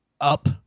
up